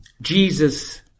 Jesus